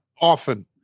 often